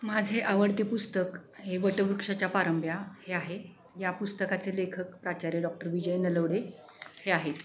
माझे आवडते पुस्तक हे वटवृक्षाच्या पारंब्या हे आहे या पुस्तकाचे लेखक प्राचार्य डॉक्टर विजय नलावडे हे आहेत